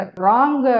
wrong